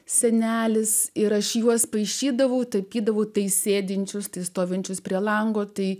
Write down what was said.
senelis ir aš juos paišydavau tapydavau tai sėdinčius stovinčius prie lango tai